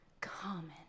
common